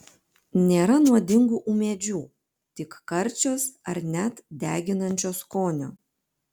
nėra nuodingų ūmėdžių tik karčios ar net deginančio skonio